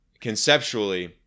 Conceptually